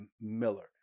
Miller